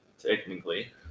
technically